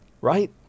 right